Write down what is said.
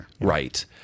right